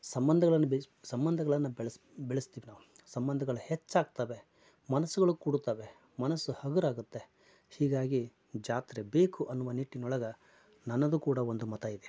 ಸಂಬಂಧಗಳನ್ನು ಬೆಯ್ಸ್ ಸಂಬಂಧಗಳನ್ನ ಬೆಳೆಸ್ತೀವಿ ನಾವು ಸಂಬಂಧಗಳು ಹೆಚ್ಚಾಗ್ತವೆ ಮನಸ್ಸುಗಳು ಕೂಡುತ್ತವೆ ಮನಸ್ಸು ಹಗುರಾಗುತ್ತೆ ಹೀಗಾಗಿ ಜಾತ್ರೆ ಬೇಕು ಅನ್ನುವ ನಿಟ್ಟಿನೊಳಗ ನನ್ನದು ಕೂಡ ಒಂದು ಮತ ಇದೆ